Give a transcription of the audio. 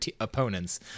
opponents